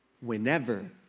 Whenever